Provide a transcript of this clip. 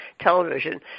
television